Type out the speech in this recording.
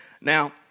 Now